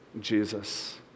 Jesus